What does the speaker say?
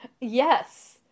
yes